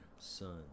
son